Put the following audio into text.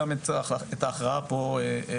גם את ההכרעה הזו דחו.